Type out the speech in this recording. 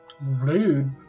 rude